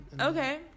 Okay